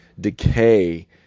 decay